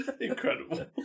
Incredible